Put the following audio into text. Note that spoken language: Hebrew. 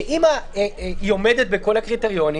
שאם היא עומדת בכל הקריטריונים,